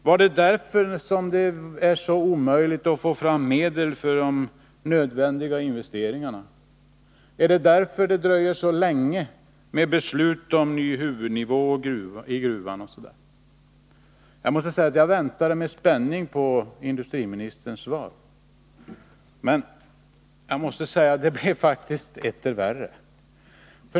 Var det därför som det varit så omöjligt att få fram medel till nödvändiga investeringar? Var det därför som det tog så lång tid med beslut Jag väntade således med spänning på industriministerns svar. Men hans svar gjorde faktiskt det hela, tyvärr måste jag säga, etter värre.